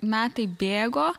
metai bėgo